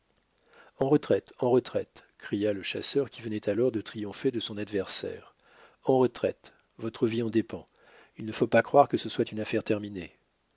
en retraite en retraite cria le chasseur qui venait alors de triompher de son adversaire en retraite votre vie en dépend il ne faut pas croire que ce soit une affaire terminée